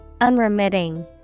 Unremitting